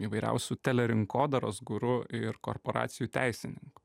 įvairiausių telerinkodaros guru ir korporacijų teisininkų